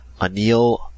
Anil